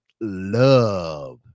love